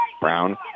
Brown